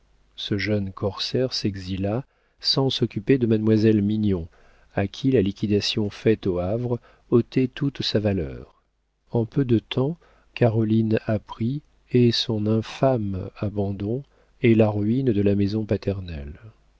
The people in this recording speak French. ce jeune corsaire s'exila sans s'occuper de mademoiselle mignon à qui la liquidation faite au havre ôtait toute sa valeur en peu de temps caroline apprit et son infâme abandon et la ruine de la maison paternelle